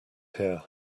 here